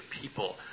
people